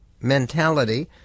mentality